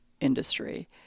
industry